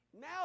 now